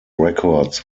records